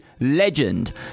legend